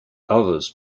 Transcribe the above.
others